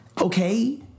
okay